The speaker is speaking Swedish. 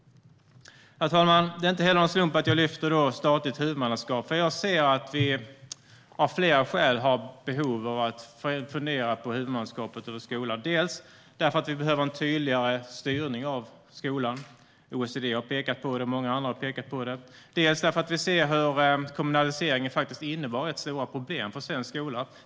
Herr talman! Det är inte heller en slump att jag lyfter upp statligt huvudmannaskap. Jag ser att vi av flera skäl har behov av att fundera över huvudmannaskapet för skolan, dels därför att vi behöver en tydligare styrning av skolan, vilket OECD och många andra har pekat på, dels därför att vi ser hur kommunaliseringen faktiskt innebar rätt stora problem för svensk skola.